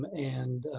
um and,